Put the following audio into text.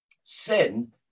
sin